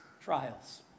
trials